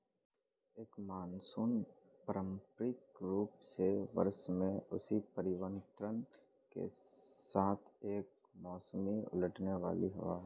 एक मानसून पारंपरिक रूप से वर्षा में इसी परिवर्तन के साथ एक मौसमी उलटने वाली हवा है